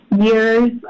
years